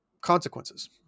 consequences